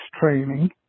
training